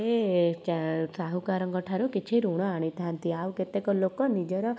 ସେ ସାହୁକାରଙ୍କ ଠାରୁ କିଛି ଋଣ ଆଣି ଥାନ୍ତି ଆଉ କେତେକ ଲୋକ ନିଜର